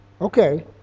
okay